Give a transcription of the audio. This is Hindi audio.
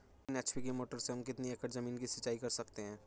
तीन एच.पी की मोटर से हम कितनी एकड़ ज़मीन की सिंचाई कर सकते हैं?